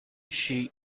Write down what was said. she